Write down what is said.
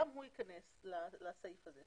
גם הוא ייכנס לסעיף הזה.